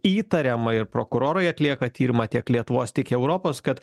įtariamai prokurorai atlieka tyrimą tiek lietuvos tik europos kad